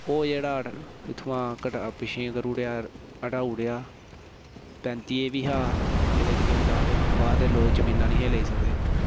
ओह् जेह्ड़ा इत्थुआं दा पिच्छै हटाऊ़ड्या पैंती ए बी ऐ हा जेह्दे च केह् होंदा कि बाह्र दे लोक जमीनां नेईं हे लेई सकदे